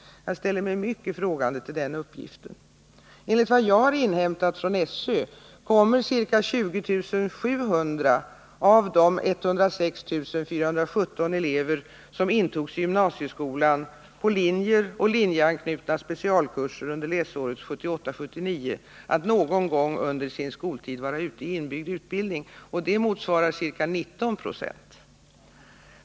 Jag ställer mig mycket frågande till den uppgiften. Enligt vad jag har inhämtat från SÖ kommer ca 20 700 av de 106 417 elever som intogs i gymnasieskolan på linjer och linjeanknutna specialkurser under läsåret 1978/79 att någon gång under sin skoltid vara ute i inbyggd utbildning. Det motsvarar ca 1996.